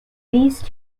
these